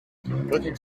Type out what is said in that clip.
looking